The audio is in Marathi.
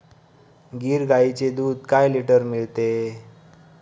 गीर गाईचे दूध काय लिटर मिळते?